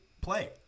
play